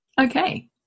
Okay